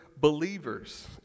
believers